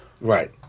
Right